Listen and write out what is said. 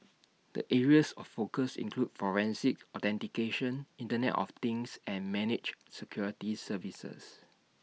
the areas of focus include forensics authentication Internet of things and managed security services